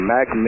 Mac